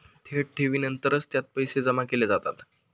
थेट ठेवीनंतरच त्यात पैसे जमा केले जातात